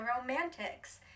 Romantics